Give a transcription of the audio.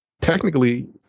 technically